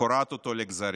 וקורעת אותו לגזרים.